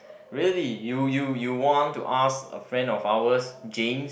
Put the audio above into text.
really you you you want to ask a friend of ours James